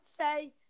say